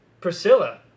Priscilla